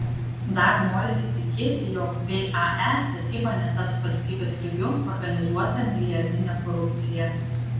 dar norisi tikėti jog vae statyba netaps valstybės lygiu organizuota milijardine korupcija